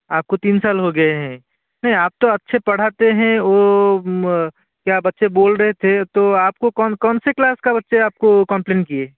आपको तीन साल हो गए हैं नहीं आप तो अच्छे पढ़ाते हैं क्या बच्चे बोल रहे थे तो आपको कौन कौन सी क्लास का बच्चे आपको कमप्लेन किए